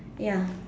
ya